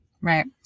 Right